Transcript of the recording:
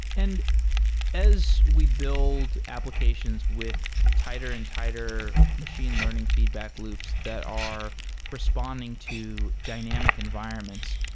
and as we build applications with tighter and tighter machine learning feedback loops that are responding to dynamic environments,